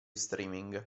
streaming